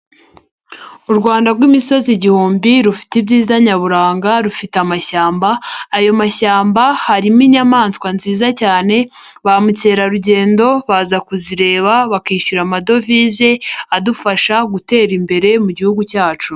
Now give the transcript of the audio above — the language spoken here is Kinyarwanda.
U Rwanda rw'imisozi igihumbi rufite ibyiza nyaburanga, rufite amashyamba, ayo mashyamba harimo inyamanswa nziza cyane, ba mukerarugendo baza kuzireba, bakishyura amadovize, adufasha gutera imbere mu gihugu cyacu.